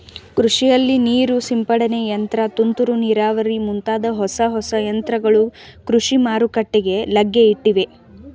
ಕೃಷಿಯಲ್ಲಿ ನೀರು ಸಿಂಪಡನೆ ಯಂತ್ರ, ತುಂತುರು ನೀರಾವರಿ ಮುಂತಾದ ಹೊಸ ಹೊಸ ಯಂತ್ರಗಳು ಕೃಷಿ ಮಾರುಕಟ್ಟೆಗೆ ಲಗ್ಗೆಯಿಟ್ಟಿವೆ